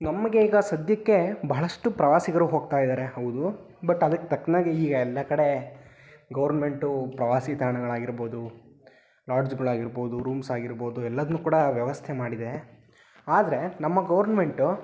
ನಮ್ಗೆ ಈಗ ಸದ್ಯಕ್ಕೆ ಬಹಳಷ್ಟು ಪ್ರವಾಸಿಗರು ಹೋಗ್ತಾ ಇದ್ದಾರೆ ಹೌದು ಬಟ್ ಅದಕ್ಕೆ ತಕ್ಕನಾಗಿ ಈಗ ಎಲ್ಲ ಕಡೆ ಗೌರ್ಮೆಂಟು ಪ್ರವಾಸಿ ತಾಣಗಳಾಗಿರ್ಬೋದು ಲಾಡ್ಜ್ಗಳಾಗಿರ್ಬೋದು ರೂಮ್ಸ್ ಆಗಿರ್ಬೋದು ಎಲ್ಲದನ್ನು ಕೂಡ ವ್ಯವಸ್ಥೆ ಮಾಡಿದೆ ಆದರೆ ನಮ್ಮ ಗೌರ್ಮೆಂಟು